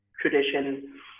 tradition